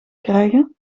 krijgen